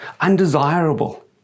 undesirable